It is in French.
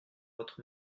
votre